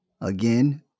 Again